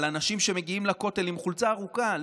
על אנשים שמגיעים לכותל עם חולצה ארוכה,